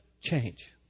change